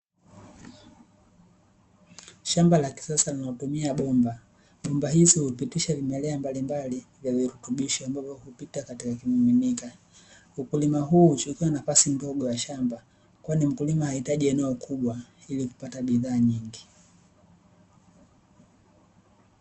Shamba la kisasa linatumia bomba, bomba hizi hupitisha vimelea mbalimbali vya virutubisho ambavyo hupita katika kimiminika, ukulima huu huchukua nafasi ndogo ya shamba kwani mkulima hahitaji eneo kubwa ili kupata bidhaa nyingi.